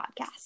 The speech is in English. podcast